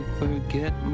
forget